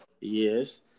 Yes